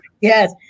Yes